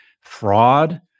fraud